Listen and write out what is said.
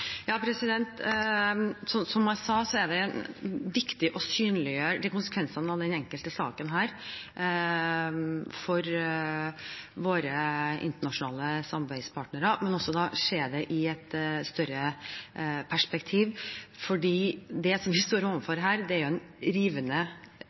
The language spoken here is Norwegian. Som jeg sa, er det viktig å synliggjøre konsekvensene av denne enkelte saken for våre internasjonale samarbeidspartnere, men også å se det i et større perspektiv. Det vi står